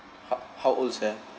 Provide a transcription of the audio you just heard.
ho~ how old sia